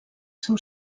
seu